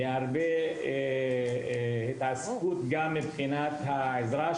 ולהרבה התעסקות גם מבחינת עזרה.